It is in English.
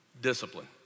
discipline